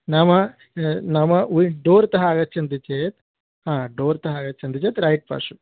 नाम नाम डोर्तः आगच्छन्ति चेत् हा डोर्तः आगच्छन्ति चेत् रैट् पार्श्वे